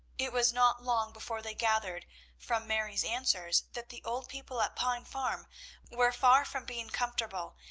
it was not long before they gathered from mary's answers that the old people at pine farm were far from being comfortable,